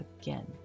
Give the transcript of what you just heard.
again